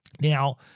Now